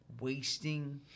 wasting